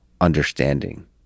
understanding